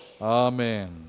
Amen